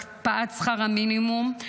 הקפאת שכר המינימום,